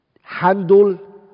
handle